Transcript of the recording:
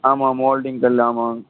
ஆமாம் மோல்டிங் கல் ஆமாங்க